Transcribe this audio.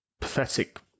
pathetic